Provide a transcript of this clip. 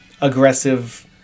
aggressive